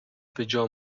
بهجا